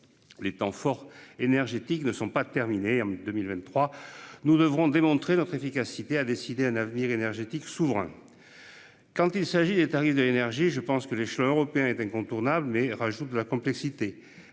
Les temps forts énergétique ne sont pas terminés en 2023, nous devrons démontrer leur efficacité a décidé un avenir énergétique souverain. Quand il s'agit des tarifs de l'énergie et je pense que l'échelon européen est incontournable mais rajoute de la complexité.